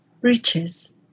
riches